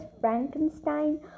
Frankenstein